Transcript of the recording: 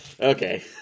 Okay